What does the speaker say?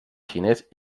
xinès